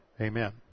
Amen